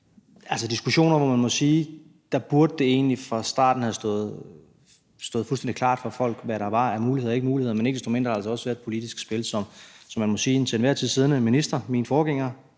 var diskussioner, hvor man må sige, at der burde det egentlig fra starten have stået fuldstændig klart for folk, hvad der var af muligheder og ikke muligheder; men ikke desto mindre har der altså også været et politisk spil, som man må sige, at den til enhver tid siddende minister, min forgænger